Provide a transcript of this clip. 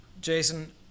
Jason